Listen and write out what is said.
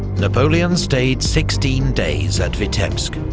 napoleon stayed sixteen days at vitebsk,